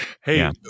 Hey